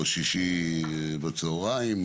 או שישי בצהריים.